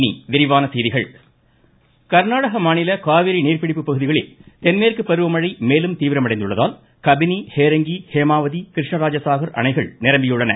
இனி விரிவான செய்திகள் மேட்டுர் அணை கர்நாடக மாநில காவிரி நீர்பிடிப்பு பகுதிகளில் தென்மேற்கு பருவமழை மேலும் தீவிரமடைந்துள்தளாக கபிணி ஹேரங்கி ஹேமாவதி கிருஷ்ணராஜசாகர் அணைகள் நிரம்பியுள்ளன